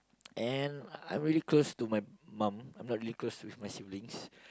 and I'm really close to my mum I'm not really close with my siblings